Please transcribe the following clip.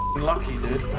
lucky, dude.